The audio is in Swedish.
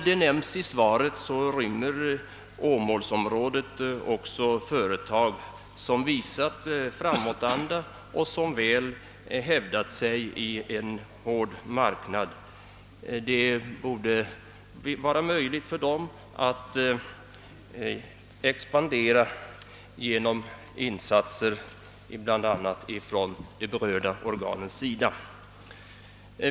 Som nämns i svaret rymmer åmälsområdet också glädjande nog företag som visat framåtanda och väl hävdat sig på en hård marknad. Det borde vara möjligt för dem att expandera genom insatser från bl.a. de berörda organens sida.